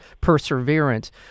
perseverance